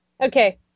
Okay